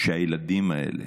שהילדים האלה,